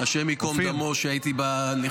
שהייתי